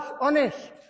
honest